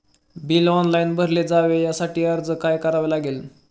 Bill online भरले जावे यासाठी काय अर्ज करावा लागेल?